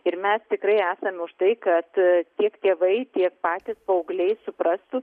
ir mes tikrai esam už tai kad tiek tėvai tiek patys paaugliai suprastų